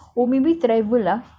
oo maybe travel lah